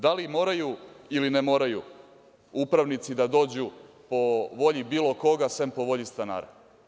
Da li moraju, ili ne moraju, upravnici da dođu po volji bilo koga sem po volji stanara.